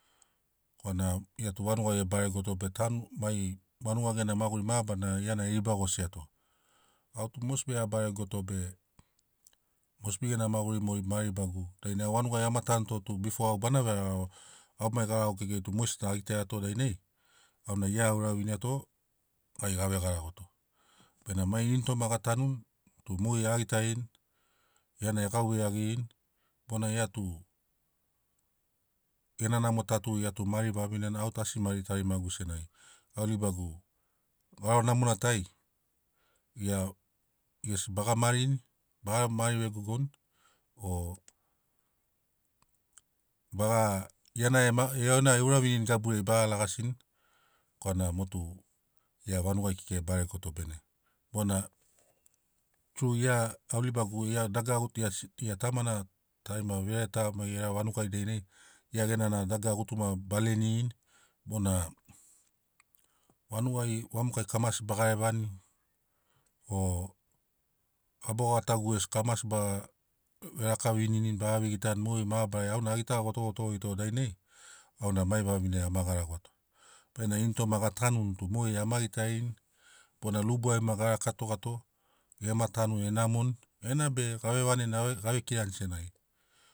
Korana gita tu vagunai e baregoto be tanu mai vanuga gena maguri mabarari gia e riba gosiato. Au tu mosbi ai a baregoto be mosbi magurina mogeri mogo ma ribagu dainai au vanugai ama tanu to tu bifo au bana vegarago au mai garagogu kekei tu mogesina a gitaia to dainai au na gia a uraviniato gai ga vegaragoto benamo gai ini toma gatanuni tu mogeri a gitarini gia na e gauvei iagirini bona gia tu gena namo ta tu gia tu mari vavinena au tu asi mari tarimagu senagi au ribagu garo namona tai gia gesi baga marini baga mari vegogoni o baga genai gia na e uravinirini gabuai baga ragasini korana mo tu gia vanuga e baregoto bene bona tru gia au ribagu gia dagara gutu asi gia tamana, tarima vira ta mai gera vanugai dainai gia genana dagara gutuma be leniri bona vanugai vamokai kamasi ba garevani o gabogatu gesi kamasi ba verakavevinini baga vegitani mogeri mabarari au na a gita gotogotorito dainai au na mai vavine ama garagoato benamo ini toma ga tanuni tu mogeri ama gitarini bona rubuai ma ga rakatogato gema tanu e namoni enabe gave vaneni ga vekirani senagi